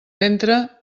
ventre